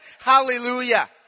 Hallelujah